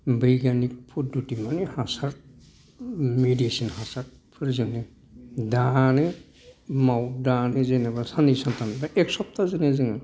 बैगानिक फददथि मानि हासार मिदिसिन हासार फोरजोंनो दानो माव दानो जेन'बा साननै सानथाम एबा एक सफथाजोंनो जोङो